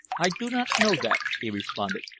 i do not know that, he responded.